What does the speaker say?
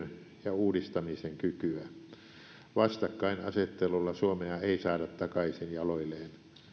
ja uudistamisen kykyä vastakkainasettelulla suomea ei saada takaisin jaloilleen